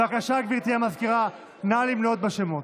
בבקשה, גברתי המזכירה, נא למנות את השמות.